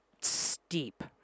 steep